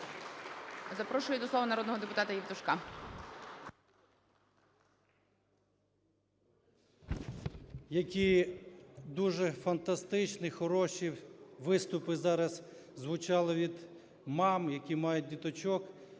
Які дуже фантастичні, хороші виступи зараз звучали від мам, які мають діточок.